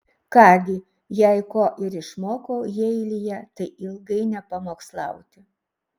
ką gi jei ko ir išmokau jeilyje tai ilgai nepamokslauti